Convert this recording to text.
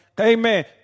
amen